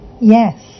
Yes